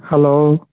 hello